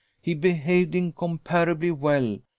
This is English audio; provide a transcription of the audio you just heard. he behaved incomparably well.